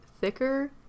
thicker